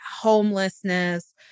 homelessness